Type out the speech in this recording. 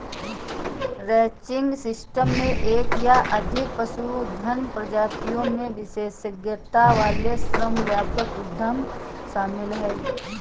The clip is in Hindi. रैंचिंग सिस्टम में एक या अधिक पशुधन प्रजातियों में विशेषज्ञता वाले श्रम व्यापक उद्यम शामिल हैं